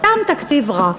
סתם תקציב רע.